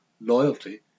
loyalty